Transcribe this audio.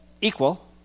equal